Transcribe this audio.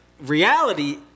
reality